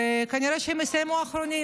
וכנראה שהם יסיימו אחרונים.